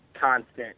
constant